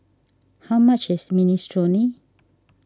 how much is Minestrone